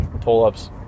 pull-ups